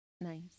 nice